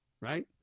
right